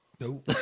Nope